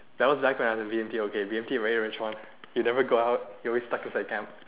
that was like when I was in B_M_T okay B_M_T very very rich [one] you never go out you always stuck inside camp